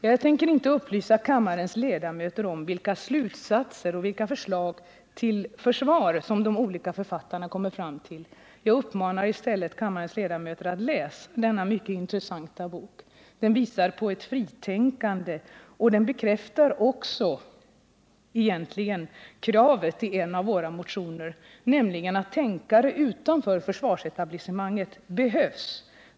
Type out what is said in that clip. Jag tänker inte upplysa kammarens ledamöter om vilka slutsatser och vilka förslag till försvar som de olika författarna kommer fram till. Jag riktar i stället uppmaningen till kammarens ledamöter: Läs denna mycket intressanta bok! Den visar på ett fritänkande och den bekräftar också egentligen kravet i en av våra motioner, nämligen att tänkare utanför försvarsetablissemanget behövs.